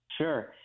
Sure